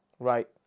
Right